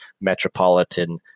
metropolitan